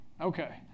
Okay